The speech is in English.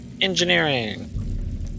Engineering